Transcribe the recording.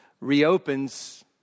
reopens